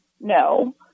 No